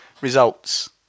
results